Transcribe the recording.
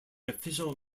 official